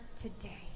today